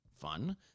fun